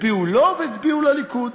הצביעו לו והצביעו לליכוד.